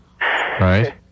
Right